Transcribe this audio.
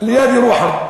ליד ירוחם.